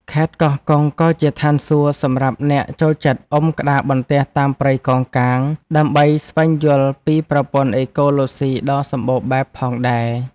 ខេត្តកោះកុងក៏ជាឋានសួគ៌សម្រាប់អ្នកចូលចិត្តអុំក្តារបន្ទះតាមព្រៃកោងកាង ដើម្បីស្វែងយល់ពីប្រព័ន្ធអេកូឡូស៊ីដ៏សម្បូរបែបផងដែរ។